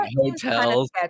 hotels